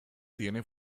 tiene